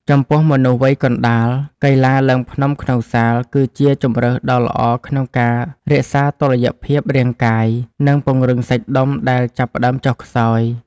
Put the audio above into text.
ចំពោះមនុស្សវ័យកណ្ដាល កីឡាឡើងភ្នំក្នុងសាលគឺជាជម្រើសដ៏ល្អក្នុងការរក្សាតុល្យភាពរាងកាយ និងពង្រឹងសាច់ដុំដែលចាប់ផ្តើមចុះខ្សោយ។